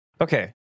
Okay